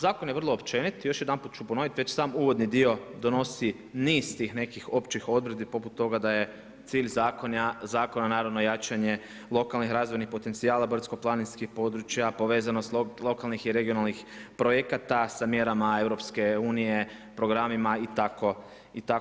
Zakon je vrlo općenit, još jedanput ću ponoviti, već sam uvodni dio donosi niz tih nekih općih odredbi poput toga da je cilj zakona naravno jačanje lokalnih razvojnih potencijala brdsko-planinskih područja povezano sa, lokalnih i regionalnih projekata sa mjerama EU, programima, itd.